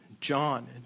John